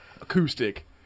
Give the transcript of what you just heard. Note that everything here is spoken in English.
Acoustic